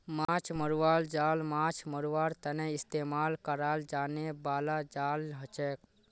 माछ मरवार जाल माछ मरवार तने इस्तेमाल कराल जाने बाला जाल हछेक